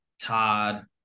Todd